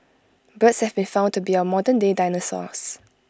birds have been found to be our modernday dinosaurs